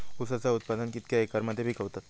ऊसाचा उत्पादन कितक्या एकर मध्ये पिकवतत?